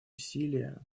усилия